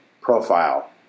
profile